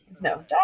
No